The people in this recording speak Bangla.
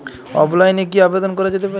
অফলাইনে কি আবেদন করা যেতে পারে?